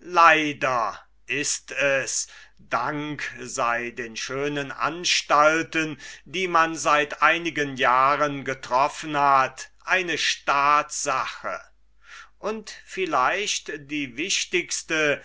leider ists dank sei es den schönen anstalten die man seit einigen jahren getroffen hat eine staatssache und vielleicht die wichtigste